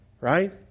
right